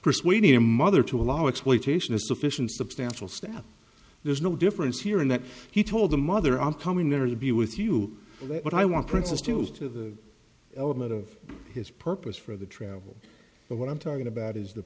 persuading your mother to allow exploitation is sufficient substantial step there's no difference here in that he told the mother i'm coming there to be with you but i want princess to go to the element of his purpose for the trail of what i'm talking about is the